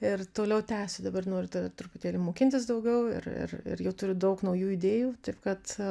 ir toliau tęsiu dabar noriu ta truputėlį mokintis daugiau ir ir ir jau turiu daug naujų idėjų taip kad